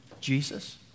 Jesus